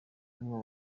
n’umwe